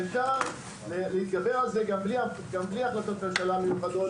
ואפשר להתגבר על זה גם בלי החלטות ממשלה מיוחדות,